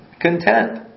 content